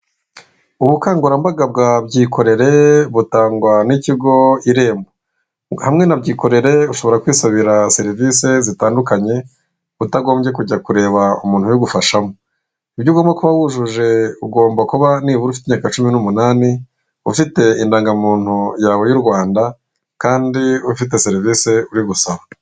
Ubukangurambaga bwa byikorere butangwa n'ikigo irembo hamwe na byikorere ushobora kwisabira serivisi zitandukanye utagombye kujya kureba umuntu ubigufashamo ibyo ugomba kuba wujuje ugomba kuba nibura ufite imyaka cumi n'umunani, ufite indangamuntu yawe y'u Rwanda kandi ufite serivisi uri gusaba.